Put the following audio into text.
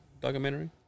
documentary